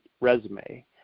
resume